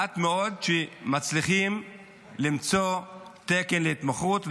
יש מעט מאוד שמצליחים למצוא תקן להתמחות.